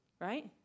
Right